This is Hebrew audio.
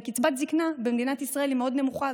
וקצבת זקנה במדינת ישראל היא מאוד נמוכה,